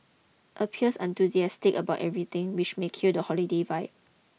appears unenthusiastic about everything which may kill the holiday vibe